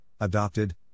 adopted